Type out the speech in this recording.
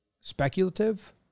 speculative